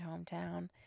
hometown